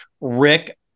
Rick